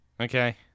Okay